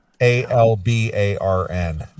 A-L-B-A-R-N